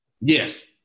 Yes